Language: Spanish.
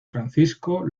francisco